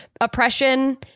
oppression